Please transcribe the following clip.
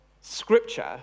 scripture